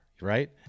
right